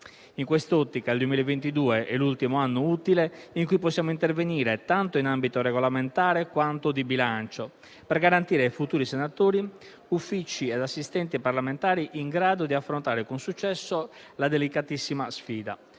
In quest'ottica, il 2022 è l'ultimo anno utile in cui possiamo intervenire, tanto in ambito regolamentare, quanto di bilancio, per garantire ai futuri senatori uffici e assistenti parlamentari in grado di affrontare con successo la delicatissima sfida.